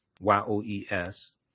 Y-O-E-S